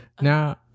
Now